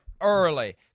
early